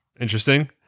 interesting